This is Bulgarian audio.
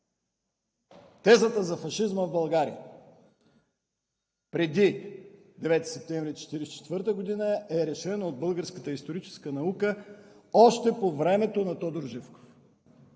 Тезата за фашизма в България преди 9 септември 1944 г. е решена от българската историческа наука още по времето на Тодор Живков!